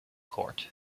court